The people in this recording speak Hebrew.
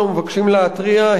אנו מבקשים להתריע,